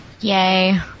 Yay